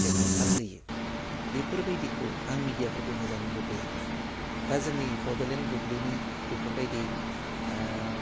बेरखांसार होयो बेफोरबायदिखौ आं मेडियाफोरखौ होजानो लुबैया दा जोंनि बड'लेण्ड बुब्लिनि बेफोरबायदि